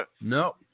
No